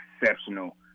exceptional